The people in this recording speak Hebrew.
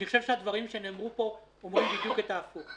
אני חושב שהדברים שנאמרו פה אומרים בדיוק דבר הפוך: